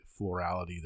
florality